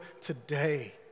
today